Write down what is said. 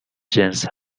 جنس